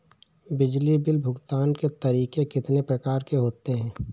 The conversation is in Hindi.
बिजली बिल भुगतान के तरीके कितनी प्रकार के होते हैं?